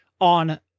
on